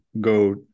go